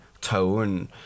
tone